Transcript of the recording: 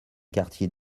quartiers